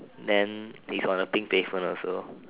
then this got a pink pavement also